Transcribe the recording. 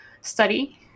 study